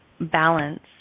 balance